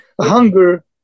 Hunger